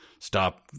Stop